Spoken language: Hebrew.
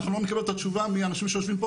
אנחנו לא נקבל את התשובה מאנשים שיושבים פה.